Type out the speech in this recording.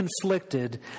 conflicted